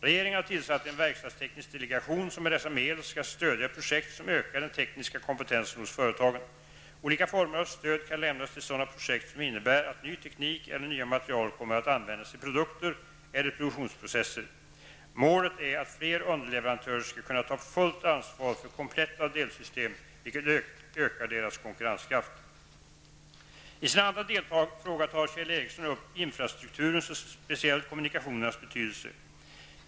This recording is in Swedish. Regeringen har tillsatt en verkstadsteknisk delegation som med dessa medel skall stödja projekt som ökar den tekniska kompetensen hos företagen. Olika former av stöd kan lämnas till sådana projekt som innebär att ny teknik eller nya material kommer att användas i produkter eller produktionsprocesser. Målet är att fler underleverantörer skall kunna ta fullt ansvar för kompletta delsystem, vilket ökar deras konkurrenskraft. I sin andra delfråga tar Kjell Ericsson upp infrastrukturens och speciellt kommunikationernas betydelse.